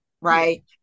right